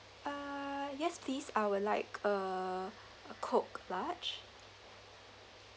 uh yes please I will like a a coke large